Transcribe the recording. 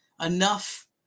enough